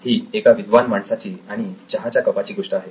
ही एका विद्वान माणसाची आणि चहाच्या कपाची गोष्ट आहे